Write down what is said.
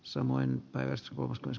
samoin päiväs kolmas krs